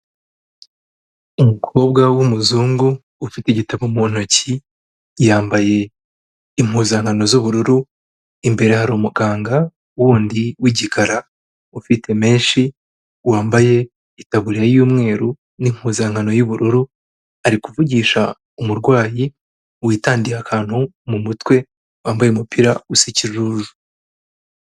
Umukobwa w'umuzungu ufite igitabo mu ntoki, yambaye impuzankano z'ubururu, imbere hari umuganga wundi w'igikara, ufite menshi wambaye itaburiya y'umweru n'impuzankano y'ubururu, ari kuvugisha umurwayi witandiye akantu mu mutwe, wambaye umupira usa ikijuju.